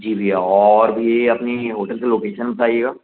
जी भैया और भी अपनी होटल से लोकेशन बताइएगा